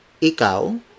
Ikao